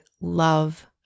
love